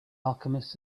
alchemist